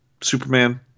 Superman